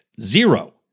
zero